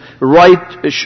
right